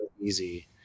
easy